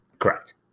Correct